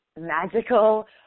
magical